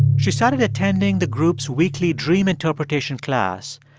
she started attending the group's weekly dream interpretation class.